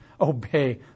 obey